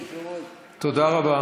כבוד היושב-ראש, תודה.